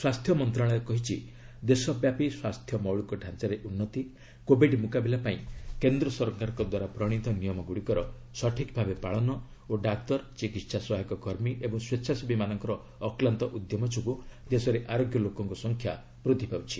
ସ୍ପାସ୍ଥ୍ୟ ମନ୍ତ୍ରଣାଳୟ କହିଛି ଦେଶ ବ୍ୟାପୀ ସ୍ୱାସ୍ଥ୍ୟ ମୌଳିକ ଢ଼ାଞ୍ଚାରେ ଉନ୍ନତି କୋବିଡ ମୁକାବିଲା ପାଇଁ କେନ୍ଦ୍ରସରକାରଙ୍କ ଦ୍ୱାରା ପ୍ରଣିତ ନିୟମଗୁଡ଼ିକର ସଠିକ୍ ଭାବେ ପାଳନ ଓ ଡାକ୍ତର ଚିକିତ୍ସା ସହାୟକ କର୍ମୀ ଏବଂ ସ୍ୱେଚ୍ଛାସେବୀମାନଙ୍କ ଅକ୍ଲାନ୍ତ ଉଦ୍ୟମ ଯୋଗୁଁ ଦେଶରେ ଆରୋଗ୍ୟ ଲୋକଙ୍କ ସଂଖ୍ୟା ବୃଦ୍ଧି ପାଉଛି